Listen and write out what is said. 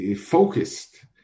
focused